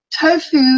tofu